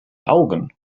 augen